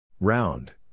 Round